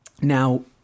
Now